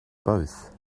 both